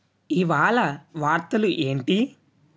ఇవాళ వార్తలు ఏంటి